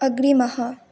अग्रिमः